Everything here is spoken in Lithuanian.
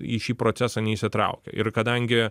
į šį procesą neįsitraukia ir kadangi